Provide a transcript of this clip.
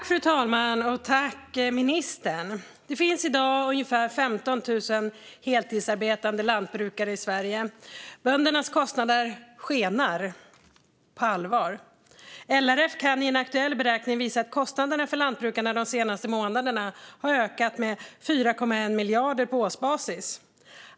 Fru talman! Det finns i dag ungefär 15 000 heltidsarbetande lantbrukare i Sverige. Böndernas kostnader skenar, på allvar. LRF kan i en aktuell beräkning visa att kostnaderna för lantbrukarna de senaste månaderna har ökat med 4,1 miljarder kronor på årsbasis.